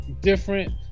different